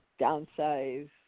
downsize